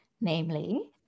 namely